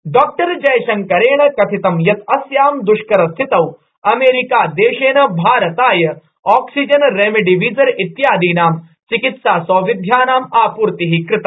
doctor जयशंकरेण कथितं यत अस्यांदृष्करस्थितौ अमेरिकादेशन भारताय ऑक्सीजन रेमडेसिविर इत्यादीना चिकित्सासौविध्यानां आपूर्ति कृता